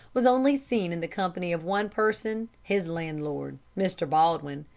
was only seen in the company of one person his landlord, mr. baldwin,